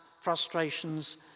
frustrations